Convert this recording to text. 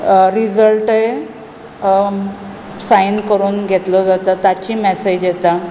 रिझल्टय सायन करून घेतलो जाता ताची मॅसेज येता